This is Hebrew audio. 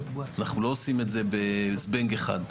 לא עושים את זה בזבנג אחד,